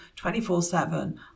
24-7